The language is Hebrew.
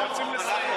אנחנו רוצים לסיים.